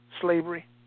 slavery